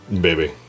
Baby